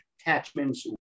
attachments